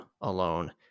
alone